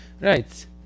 Right